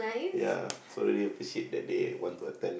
ya so really appreciate that they want to attend